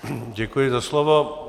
Děkuji za slovo.